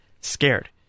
scared